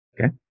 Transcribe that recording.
Okay